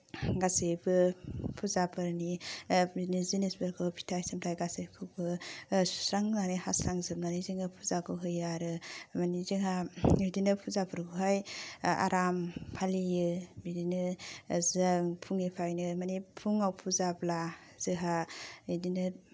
गासैबो फुजाफोरनि बिनि जिनिसफोरखौ फिथाय सामथाय गासैखौबो सुस्रांनानै हास्रांजोबनानै जोङो फुजाखौ होयो आरो माने जोंहा बिदिनो फुजाफोरखौहाय आराम फालियो बिदिनो जों फुंनिफ्रायनो माने फुङाव फुजाब्ला जोंहा बिदिनो